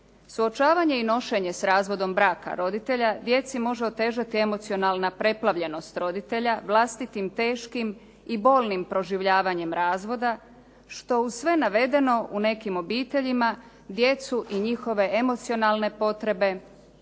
Suočavanje i nošenje s razvodom braka roditelja djeci može otežati emocionalna preplavljenost roditelja, vlastitim teškim i bolnim proživljavanjem razvoda što uz sve navedeno u nekim obiteljima djecu i njihove emocionalne potrebe